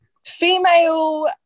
Female